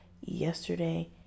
yesterday